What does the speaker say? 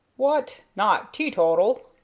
what! not teetotal?